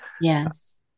Yes